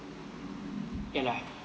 ya lah